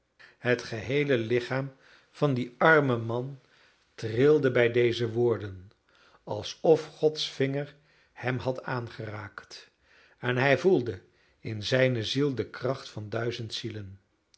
het geheele lichaam van dien armen man trilde bij deze woorden alsof gods vinger hem had aangeraakt en hij voelde in zijne ziel de kracht van duizend zielen